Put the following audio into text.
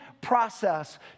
process